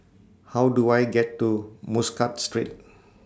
How Do I get to Muscat Street